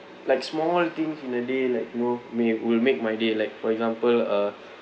like small things in a day like you know may will make my day like for example uh